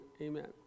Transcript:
Amen